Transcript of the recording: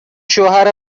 شوهر